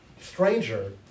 stranger